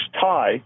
tie